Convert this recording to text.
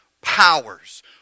powers